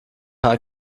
paar